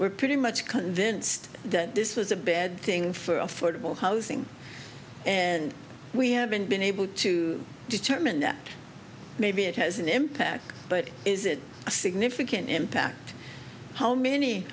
we're pretty much convinced that this was a bad thing for affordable housing and we haven't been able to determine that maybe it has an impact but is it a significant impact how many